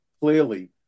clearly